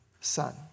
son